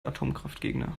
atomkraftgegner